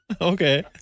Okay